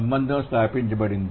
సంబంధం స్థాపించబడింది